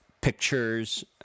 pictures